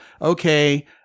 okay